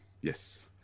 Yes